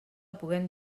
puguem